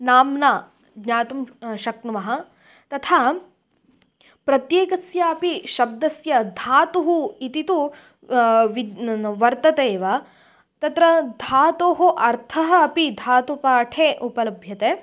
नाम्ना ज्ञातुं शक्नुमः तथा प्रत्येकस्यापि शब्दस्य धातुः इति तु विद्यते वर्तते एव तत्र धातोः अर्थः अपि धातुपाठे उपलभ्यते